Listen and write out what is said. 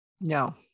No